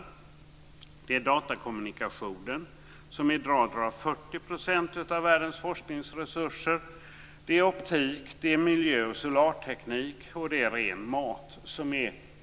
De dominerande framtidsbranscherna är datakommunikation, som i dag tar i anspråk 40 % av världens forskningsresurser, optik, miljö och solarteknik och ren mat.